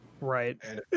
right